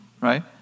Right